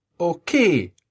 Okay